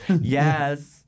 Yes